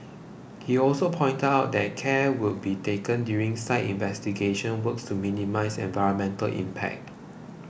he also pointed out that care will be taken during site investigation works to minimise environmental impact